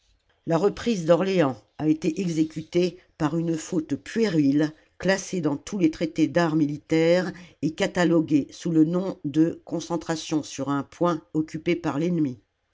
la reprise d'orléans a été exécutée par une faute puérile classée dans tous les traités d'art militaire et cataloguée sous le nom de concentration sur un point occupé par l'ennemi